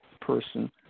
person